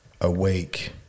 awake